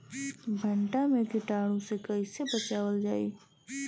भनटा मे कीटाणु से कईसे बचावल जाई?